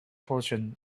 portion